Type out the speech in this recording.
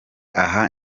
aha